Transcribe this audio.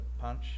punch